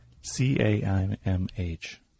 C-A-I-M-H